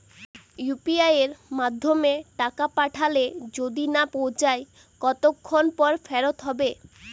UPI য়ের মাধ্যমে টাকা পাঠালে যদি না পৌছায় কতক্ষন পর ফেরত হবে?